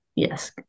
Yes